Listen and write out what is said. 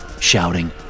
shouting